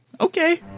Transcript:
Okay